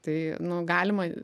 tai nu galima